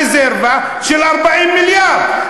הנתונים שיש לך רזרבה של 40 מיליארד,